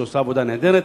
שעושה עבודה נהדרת.